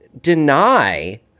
deny